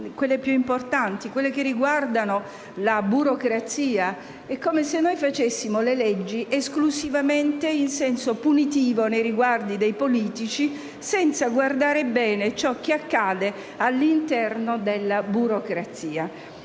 i più importanti, quelli che riguardano la burocrazia: è come se approvassimo le leggi esclusivamente in senso punitivo nei riguardi dei politici, senza guardare bene ciò che accade all'interno della burocrazia